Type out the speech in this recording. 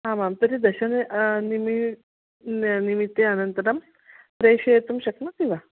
आमां तर्हि दशने निमी निमिषे अनन्तरं प्रेषयितुं शक्नोति वा